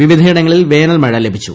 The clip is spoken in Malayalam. വിവിധയിടങ്ങളിൽ വേനൽമഴ ലഭിച്ചു